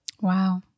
wow